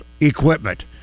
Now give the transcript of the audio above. equipment